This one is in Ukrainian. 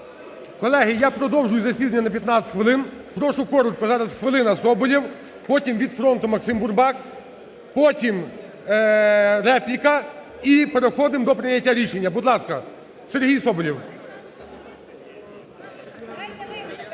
Колеги, я продовжую засідання на 15 хвилин. Прошу коротко, зараз – хвилина, Соболєв, потім від "Фронту" Максим Бурбак, потім репліка і переходимо до прийняття рішення. Будь ласка, Сергій Соболєв.